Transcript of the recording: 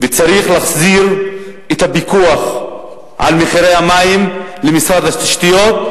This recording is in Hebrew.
וצריך להחזיר את הפיקוח על מחירי המים למשרד התשתיות,